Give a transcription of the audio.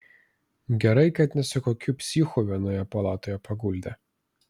gerai kad ne su kokiu psichu vienoje palatoje paguldė